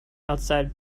outside